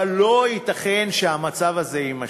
אבל לא ייתכן שהמצב הזה יימשך.